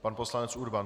Pan poslanec Urban.